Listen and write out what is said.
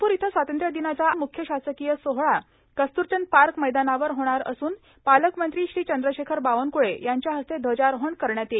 नागपूर इथं स्वातंत्र्यदिनाचा मुख्य शासकीय सोहळा कस्तूरचंद पार्क मैदानावर होणार असून पालकमंत्री श्री चंद्रशेखर बावनकुळे यांच्या हस्ते ध्वजारोहण करण्यात येईल